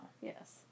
Yes